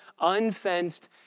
unfenced